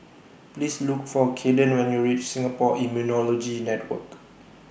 Please Look For Caden when YOU REACH Singapore Immunology Network